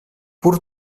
pur